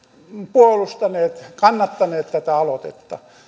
puolustaneet kannattaneet tätä aloitetta